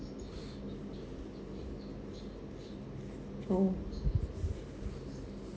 oh